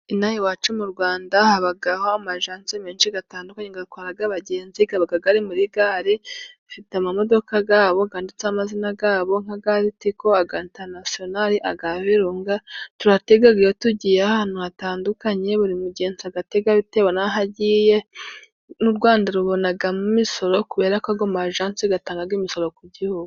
Inaha iwacu mu Rwanda habaho amajanse menshi atandukanye atwara abagenzi aba muri gare. Afite amamodoka yabo yaditseho amazina yabo nk'aya Litoko, aya Interinasiyonali, aya Virunga. turatega iyotugiye ahantu hatandukanye buri mugenzi agatega bitewe n'aho agiye, n'u Rwanda rubona imisoro kubera ko ayo majanse atanga imisoro ku gihugu.